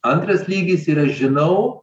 antras lygis yra žinau